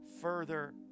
further